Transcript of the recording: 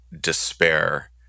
despair